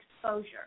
exposure